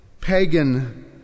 pagan